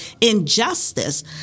injustice